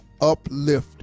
uplift